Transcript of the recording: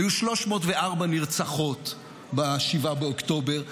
היו 304 נרצחות ב-7 באוקטובר.